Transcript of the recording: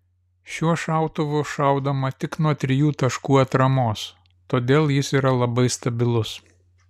šiuo šautuvu šaudoma tik nuo trijų taškų atramos todėl jis yra labai stabilus